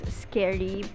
scary